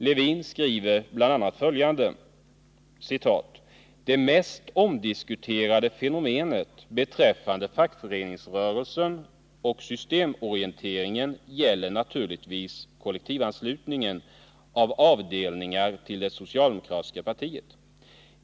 Lewin skriver bl.a. följande: ”Det mest omdiskuterade fenomenet beträffande fackföreningsrörelsen och systemorienteringen gäller naturligtvis kollektivanslutningen av avdelningar till det socialdemokratiska partiet.